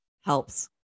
helps